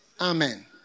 Amen